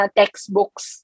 textbooks